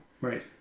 Right